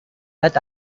set